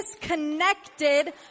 disconnected